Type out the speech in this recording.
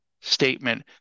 statement